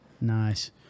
Nice